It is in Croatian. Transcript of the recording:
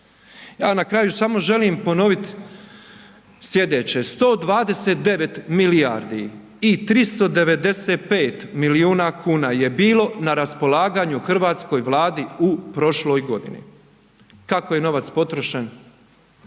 Ja na kraju samo želim ponoviti sljedeće. 129 milijardi i 395 milijuna kuna je bilo na raspolaganju hrvatskoj Vladi u prošloj godini. Kako je novac potrošen?